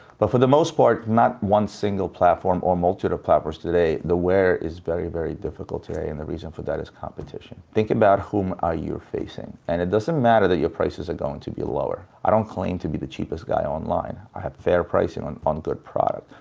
but for the most part, not one single platform, or multitude of platforms today, the where is very, very difficult today, and the reason for that is competition. think about whom are you facing, and it doesn't matter that your prices are going to be lower. i don't claim to be the cheapest guy online. i have fair pricing on on good product,